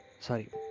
Sorry